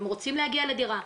הם רוצים להגיע לדירה,